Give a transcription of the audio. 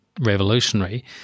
revolutionary